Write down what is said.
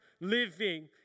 living